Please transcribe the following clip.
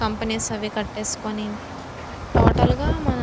companies అవి కట్టేసుకొని టోటల్గా మన